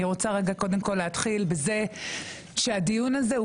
אני רוצה קודם כל להתחיל בזה שהדיון הזה הוא